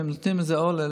הם נותנים את זה למשפחה,